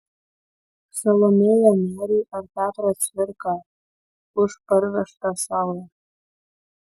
salomėją nėrį ar petrą cvirką už parvežtą saulę